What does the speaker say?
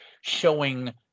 showing